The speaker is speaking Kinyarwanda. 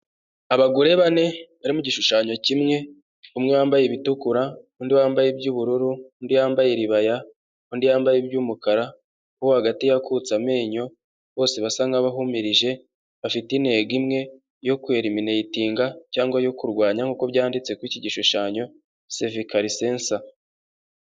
Abagore bane bari mu gishushanyo kimwe, umwe wambaye ibitukura, undi wambaye iby'ubururu, undi yambaye iribaya, undi yambaye iby'umukara, uwo hagati yakutse amenyo, bose basa nk'abahumirije, bafite intego imwe yo kwerinetinga cyangwa yo kurwanya nk'uko byanditse kuri iki gishushanyo sevikarisensa.